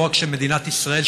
לא רק שמדינת ישראל,